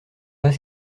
pas